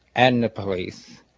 and the police.